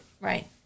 Right